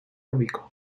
rico